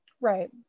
Right